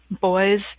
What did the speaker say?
boys